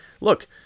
look